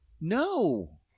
No